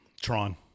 Tron